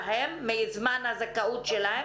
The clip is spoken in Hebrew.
מזמן הזכאות שלהם.